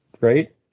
right